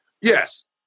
yes